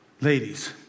ladies